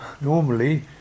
normally